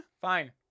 Fine